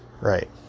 right